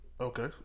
Okay